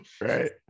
Right